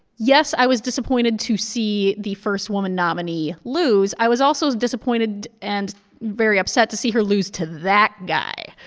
yes, i was disappointed to see the first woman nominee lose. i was also disappointed and very upset to see her lose to that guy,